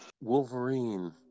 Wolverine